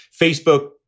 Facebook